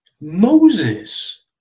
Moses